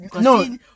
no